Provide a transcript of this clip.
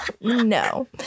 No